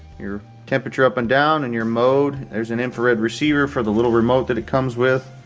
your temperature up and down and your mode. there's an infrared receiver for the little remote that it comes with.